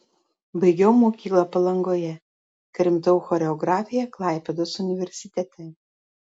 baigiau mokyklą palangoje krimtau choreografiją klaipėdos universitete